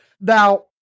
Now